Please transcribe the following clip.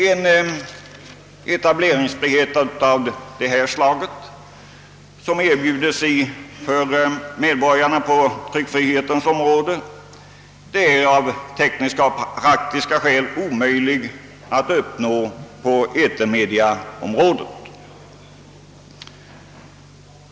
En etableringsfrihet av det slag, som erbjuder sig för medborgarna på tryckfrihetens område, är av tekniska och praktiska skäl omöjlig att uppnå på etermediaområdet.